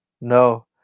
no